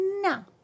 No